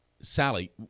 Sally